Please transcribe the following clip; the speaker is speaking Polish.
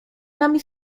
nami